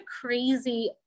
crazy